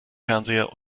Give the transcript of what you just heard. fernseher